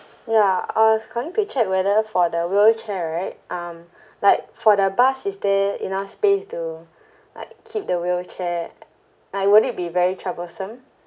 ya I was going to check whether for the wheelchair right um like for the bus is there enough space to like keep the wheelchair like would it be very troublesome